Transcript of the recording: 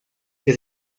que